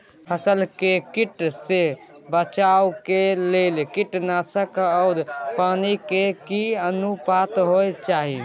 फसल के कीट से बचाव के लेल कीटनासक आ पानी के की अनुपात होय चाही?